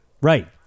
right